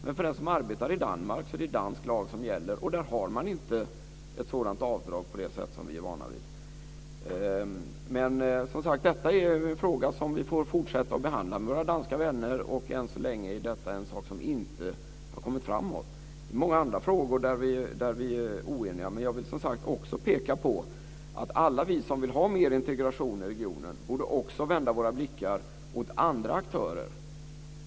Men för den som arbetar i Danmark är det dansk lag som gäller, och där har man inte ett sådant avdrag som vi är vana vid. Detta är en fråga som vi får fortsätta att behandla med våra danska vänner. Än så länge är detta en sak som inte har gått framåt. Det finns många andra frågor där vi är oeniga. Jag vill också peka på att alla vi som vill ha mer integration i regionen också borde vända våra blickar mot andra aktörer.